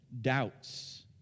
doubts